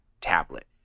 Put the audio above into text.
tablet